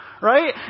Right